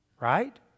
right